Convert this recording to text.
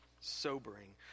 sobering